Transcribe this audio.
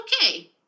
okay